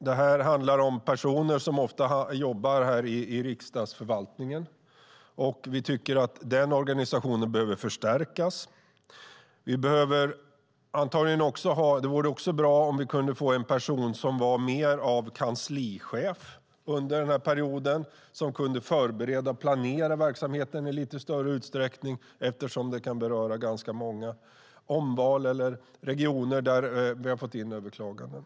Detta handlar ofta om personer som jobbar här i Riksdagsförvaltningen. Vi tycker att organisationen behöver förstärkas. Det vore också bra om vi kunde få en person som var mer av kanslichef under perioden och som kunde förbereda och planera verksamheten i lite större utsträckning. Detta kan ju beröra ganska många omval och regioner där vi har fått in överklaganden.